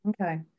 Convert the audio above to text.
Okay